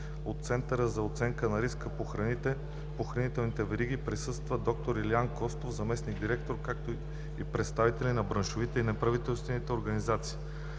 От Центъра за оценка на риска по хранителната верига присъства д-р Илиян Костов – заместник-директор, както и представители на браншови и неправителствени организации.